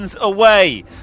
away